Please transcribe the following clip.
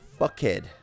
fuckhead